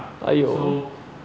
aiyoh